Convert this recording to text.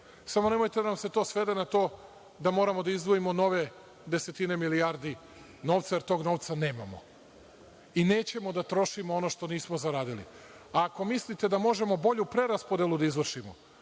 samo nemojte da nam se to svede na to da moramo da izdvojimo nove desetine milijardi novca, jer tog novca nemamo. I, nećemo da trošimo ono što nismo zaradili. Ako mislite da možemo bolju preraspodelu da izvršimo,